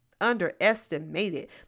underestimated